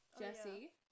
Jesse